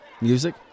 music